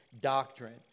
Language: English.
doctrine